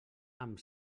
amb